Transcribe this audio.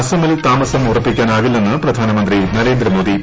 അസമിൽ താമസം ഉറപ്പിക്കാനാകില്ലെന്ന് പ്രധാനമന്ത്രി നരേന്ദ്രമോദി